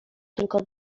tylko